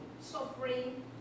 suffering